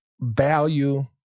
value